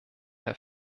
herr